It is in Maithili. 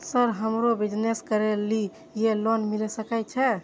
सर हमरो बिजनेस करके ली ये लोन मिल सके छे?